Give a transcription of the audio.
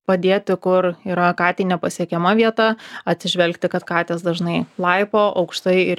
padėti kur yra katei nepasiekiama vieta atsižvelgti kad katės dažnai laipo aukštai ir